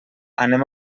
anem